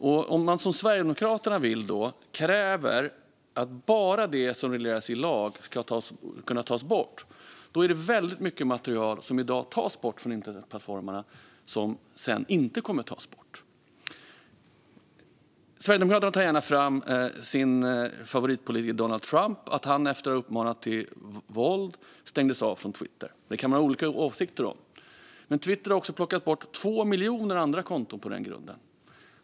Om man som Sverigedemokraterna vill skulle kräva att bara det som regleras i lag kan tas bort blir det väldigt mycket material som i dag tas bort från internetplattformarna som då inte kommer att tas bort. Sverigedemokraterna lyfter gärna fram sin favoritpolitiker Donald Trump och att han, efter att ha uppmanat till våld, stängdes av från Twitter. Detta kan man ha olika åsikter om. Men Twitter har också plockat bort 2 miljoner andra konton på den grunden.